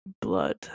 Blood